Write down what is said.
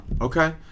okay